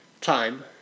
time